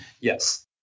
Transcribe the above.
Yes